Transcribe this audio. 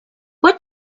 what